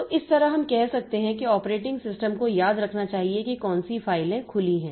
तो इस तरह हम कह सकते हैं कि ऑपरेटिंग सिस्टम को याद रखना चाहिए कि कौन सी फाइलें खुली हैं